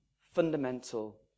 fundamental